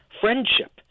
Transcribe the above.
friendship